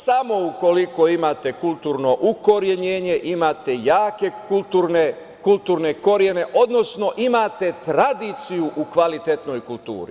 Samo ukoliko imate kulturno ukorenjenje, imate jake kulturne korene, odnosno imate tradiciju u kvalitetnoj kulturi.